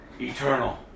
Eternal